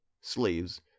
Slaves